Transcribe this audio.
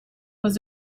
was